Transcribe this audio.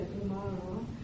tomorrow